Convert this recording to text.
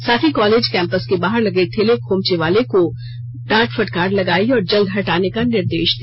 साथ ही college campus के बाहर लगे ठेले खोमचे वाले को भी फटकार लगाई और जल्द हटाने का निर्देश दिया